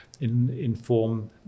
inform